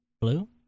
blue